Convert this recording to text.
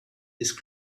ist